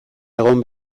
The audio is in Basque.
egon